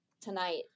tonight